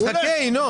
חכה, ינון.